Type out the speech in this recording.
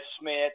Smith